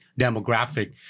demographic